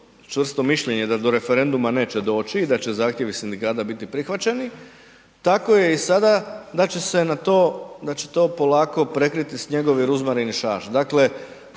čvrsto mišljenje da do referenduma neće doći i da će zahtjevi sindikata biti prihvaćeni, tako je i sada da će se na to, da će to polako prekriti snjegovi, ružmarin i šaš. Dakle,